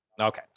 Okay